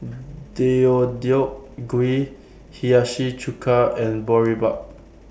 Deodeok Gui Hiyashi Chuka and Boribap